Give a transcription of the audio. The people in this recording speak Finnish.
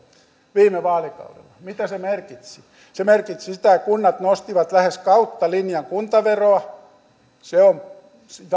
viime vaalikaudella mitä se merkitsi se merkitsi sitä että kunnat nostivat lähes kautta linjan kuntaveroa se on